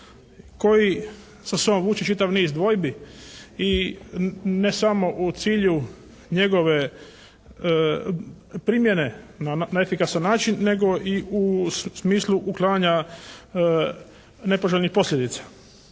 koji sa sobom vuče čitav niz dvojbi i ne samo u cilju njegove primjene na efikasan način, nego i u smislu uklanjanja nepoželjnih posljedica.